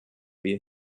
wir